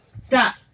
Stop